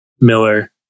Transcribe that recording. Miller